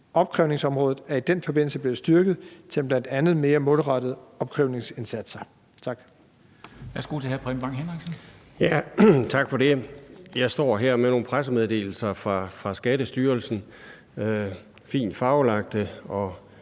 Opkrævningsområdet er i den forbindelse blevet styrket til bl.a. mere målrettede opkrævningsindsatser.